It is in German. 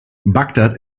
bagdad